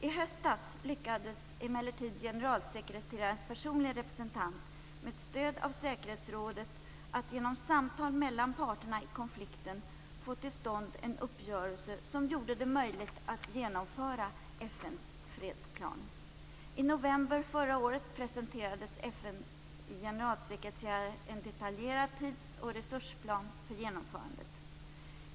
I höstas lyckades emellertid generalsekreterarens personlige representant med stöd av säkerhetsrådet att genom samtal mellan parterna i konflikten få till stånd en uppgörelse som gjorde det möjligt att genomföra FN:s fredsplan. I november förra året presenterade FN:s generalsekreterare en detaljerad tids och resursplan för genomförandet.